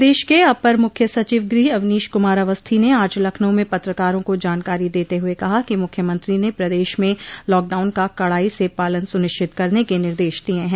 प्रदेश के अपर मुख्य सचिव गृह अवनीश कुमार अवस्थी ने आज लखनऊ में पत्रकारों को जानकारी देते हुए कहा कि मुख्यमंत्री ने प्रदेश में लॉकडाउन का कड़ाई से पालन सुनिश्चित करने के निर्देश दिये हैं